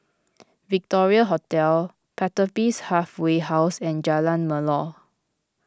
Victoria Hotel Pertapis Halfway House and Jalan Melor